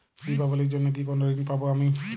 দীপাবলির জন্য কি কোনো ঋণ পাবো আমি?